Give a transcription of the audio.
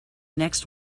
next